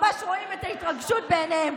ממש רואים את ההתרגשות בעיניהם.